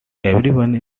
everyone